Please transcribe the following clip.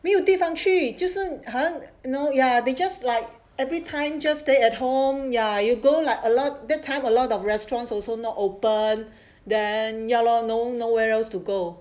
没有地方去就算很 you know ya they just like every time just stay at home ya you go like a lot that time a lot of restaurants also not open then ya lor no nowhere else to go